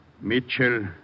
Mitchell